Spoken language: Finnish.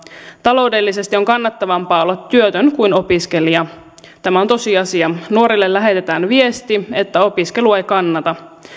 taloudellisesti on kannattavampaa olla työtön kuin opiskelija tämä on tosiasia nuorille lähetetään viesti että opiskelu ei kannata